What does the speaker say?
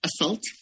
assault